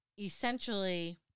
essentially